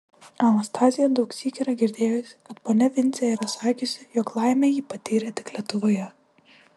anastazija daugsyk yra girdėjusi kad ponia vincė yra sakiusi jog laimę ji patyrė tik lietuvoje